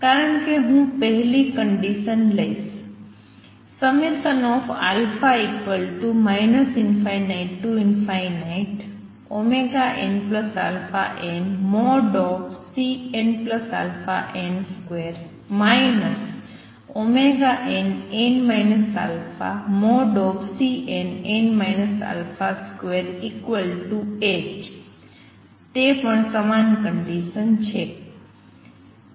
કારણ કે હું પહેલી કંડિસન લઈશ α ∞nαn|Cnαn |2 nn α|Cnn α |2ℏ તે પણ સમાન કંડિસન છે